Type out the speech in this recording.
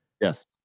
Yes